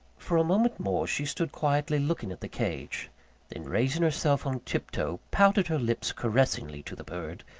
for a moment more, she stood quietly looking at the cage then raising herself on tip-toe, pouted her lips caressingly to the bird,